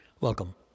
Welcome